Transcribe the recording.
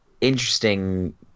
interesting